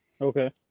Okay